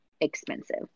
expensive